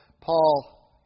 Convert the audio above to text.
Paul